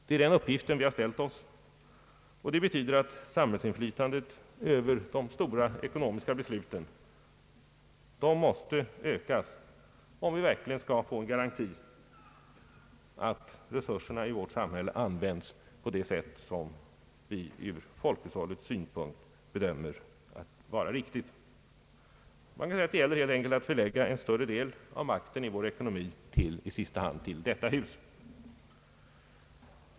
Det är den uppgiften vi har ställt oss, och det betyder att samhällets inflytande över de stora ekonomiska besluten måste ökas, om vi verkligen skall få en garanti för att resurserna i vårt samhälle används på det sätt som vi ur folkhushållets synpunkt bedömer vara riktigt. Vad det gäller är helt enkelt att förlägga en större del av makten i vår ekonomi till i sista hand detta hus.